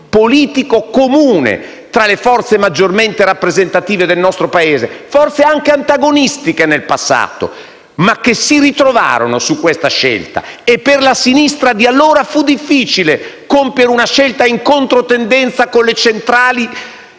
politico comune tra le forze maggiormente rappresentative del nostro Paese, forse anche antagonistiche nel passato, ma che si ritrovarono su questa scelta. Per la sinistra di allora fu difficile compiere una scelta in controtendenza con le centrali